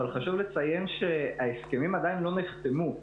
אבל חשוב לציין שההסכמים עדיין לא נחתמו.